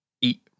eat